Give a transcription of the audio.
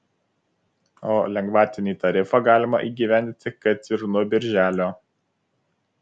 o lengvatinį tarifą galima įgyvendinti kad ir nuo birželio